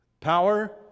Power